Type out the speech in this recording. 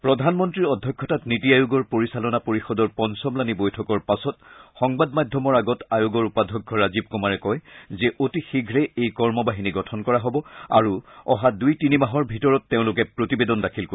প্ৰধানমন্ত্ৰীৰ অধ্যক্ষতাত নীতি আয়োগৰ পৰিচালনা পৰিযদৰ পঞ্চমলানি বৈঠকৰ পাছত সংবাদ মাধ্যমৰ আগত আয়োগৰ উপাধ্যক্ষ ৰাজীৱ কুমাৰে কয় যে অতি শীঘ্ৰে এই কৰ্ম বাহিনী গঠন কৰা হব আৰু অহা দুই তিনি মাহৰ ভিতৰত তেওঁলোকে প্ৰতিবেদন দাখিল কৰিব